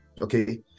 okay